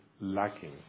lacking